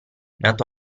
nato